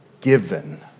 given